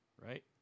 right